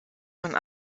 von